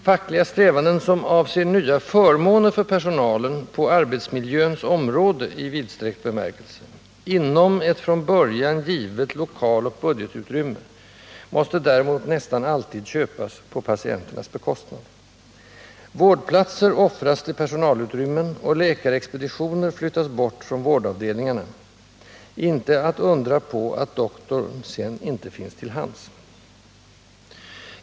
Fackliga strävanden som avser nya förmåner för personalen på arbetsmiljöns område i vidsträckt bemärkelse inom ett från början givet lokaloch budgetutrymme måste däremot nästan alltid köpas på patienternas bekostnad. Vårdplatser offras till personalutrymmen, och läkarexpeditioner flyttas bort från vårdavdelningarna. Inte att undra på att doktorn sedan inte finns till hands.